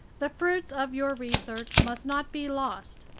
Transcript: the fruits of your research must not be lost.